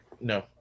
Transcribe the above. No